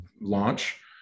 launch